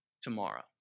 tomorrow